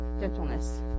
Gentleness